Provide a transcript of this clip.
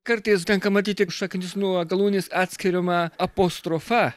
kartais tenka matyti šaknis nuo galūnės atskiriama apostrofa